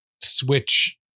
Switch